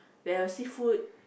they have a seafood